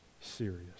serious